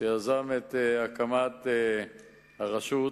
שיזם את הקמת הרשות,